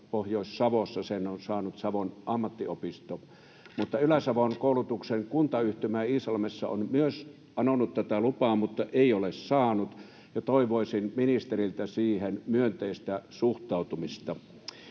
Pohjois-Savossa sen on saanut Savon ammattiopisto, mutta myös Ylä-Savon koulutuksen kuntayhtymä Iisalmessa on anonut tätä lupaa mutta ei ole saanut. Toivoisin ministeriltä siihen myönteistä suhtautumista.